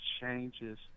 changes